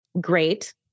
great